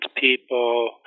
people